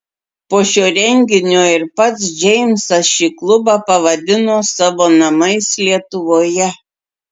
po šio renginio ir pats džeimsas šį klubą pavadino savo namais lietuvoje